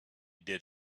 did